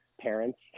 parents